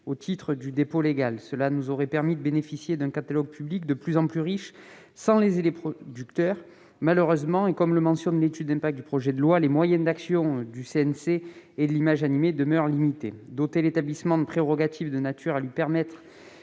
au titre du dépôt légal. Cela nous aurait permis de bénéficier d'un catalogue public de plus en plus riche, sans léser les producteurs. Malheureusement, comme le mentionne l'étude d'impact du projet de loi, les moyens d'action du CNC demeurent limités. Doter l'établissement de prérogatives de nature à lui permettre